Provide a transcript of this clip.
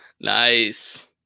Nice